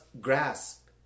grasp